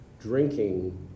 drinking